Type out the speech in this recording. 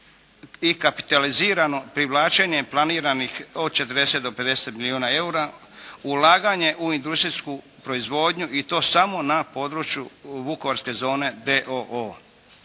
i kapitalizirano privlačenje planiranih od 40 do 50 milijuna eura, ulaganje u industrijsku proizvodnju i to samo na području Vukovarske zone